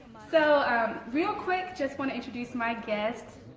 so um real quick just want to introduce my guest.